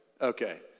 okay